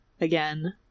again